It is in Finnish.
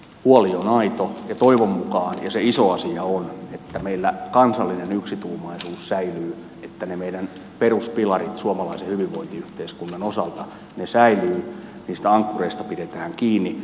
huoli on aito ja se iso asia on että toivon mukaan meillä kansallinen yksituumaisuus säilyy että ne meidän peruspilarit suomalaisen hyvinvointiyhteiskunnan osalta säilyvät niistä ankkureista pidetään kiinni